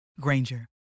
Granger